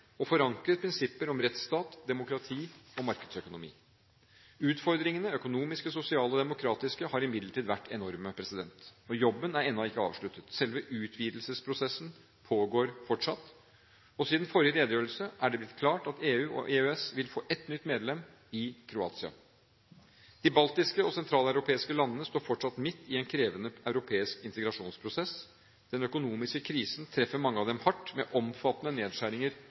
prinsipper om rettsstat, demokrati og markedsøkonomi. Utfordringene – økonomiske, sosiale og demokratiske – har imidlertid vært enorme. Og jobben er ennå ikke avsluttet. Selve utvidelsesprosessen pågår fortsatt. Siden forrige redegjørelse er det blitt klart at EU, og EØS, vil få et nytt medlem i Kroatia. De baltiske og sentraleuropeiske landene står fortsatt midt i en krevende europeisk integrasjonsprosess. Den økonomiske krisen treffer mange av dem hardt, med omfattende nedskjæringer